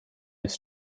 this